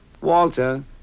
Walter